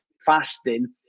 fasting